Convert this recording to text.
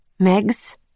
Megs